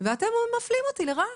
ואתם מפלים אותי לרעה.